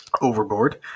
Overboard